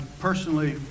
personally